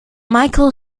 michael